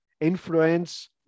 influence